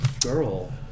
girl